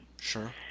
Sure